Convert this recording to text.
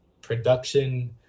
production